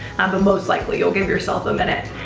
but most likely you'll give yourself a minute.